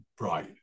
right